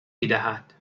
میدهد